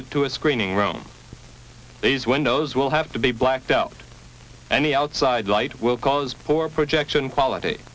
it to a screening room these windows will have to be blacked out any outside light will cause poor projection quality